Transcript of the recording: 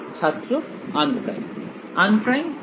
ছাত্র unprime unprime ঠিক